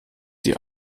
die